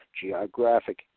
geographic